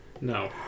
No